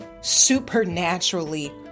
supernaturally